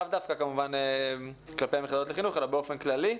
לאו דווקא כלפי המכללות לחינוך אלא באופן כללי.